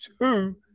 two